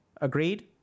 Agreed